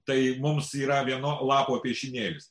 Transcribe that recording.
tai mums yra vieno lapo piešinėlis